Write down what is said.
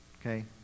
okay